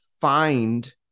find